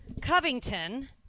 Covington